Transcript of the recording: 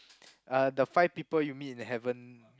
uh the Five People You Meet in Heaven